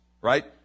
right